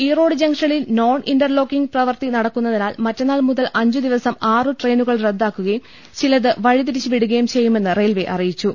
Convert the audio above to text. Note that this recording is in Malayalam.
ഈറോഡ് ജംഗ്ഷനിൽ നോൺ ഇന്റർലോക്കിംഗ് പ്രവൃത്തി നടക്കുന്നതിനാൽ മറ്റന്നാൾ മുതൽ അഞ്ചുദിവസം ആറ് ട്രെയിനുകൾ റദ്ദാക്കുകയും ചിലത് വഴി തിരിച്ചുവിടു കയും ചെയ്യുമെന്ന് റെയിൽവേ അറിയിച്ചു